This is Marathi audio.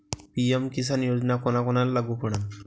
पी.एम किसान योजना कोना कोनाले लागू पडन?